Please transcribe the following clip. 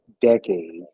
decades